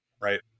Right